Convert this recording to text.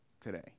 today